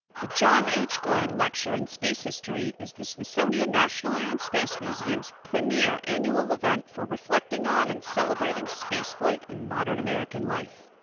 the john h. glenn lecture in space history is the smithsonian national air and space museums, premier annual event for reflecting on and celebrating space flight in modern american life.